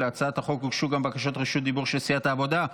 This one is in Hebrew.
להצעת החוק הוגשו גם בקשות רשות דיבור של סיעת העבודה.